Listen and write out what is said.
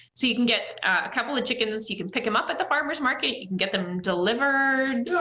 so you can get a couple of chickens, you can pick them up at the farmers market, you can get them delivered.